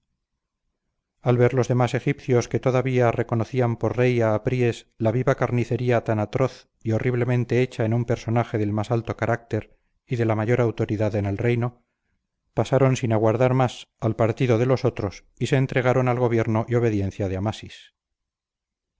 al ver los demás egipcios que todavía reconocían por rey a apríes la viva carnicería tan atroz y horriblemente hecha en un personaje del más alto carácter y de la mayor autoridad en el reino pasaron sin aguardar más partido de los otros y se entregaron al gobierno y obediencia de amasis